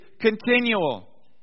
continual